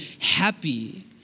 happy